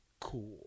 cool